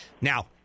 now